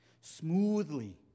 smoothly